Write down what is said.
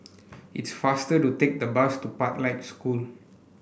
it's faster to take the bus to Pathlight School